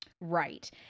Right